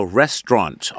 restaurant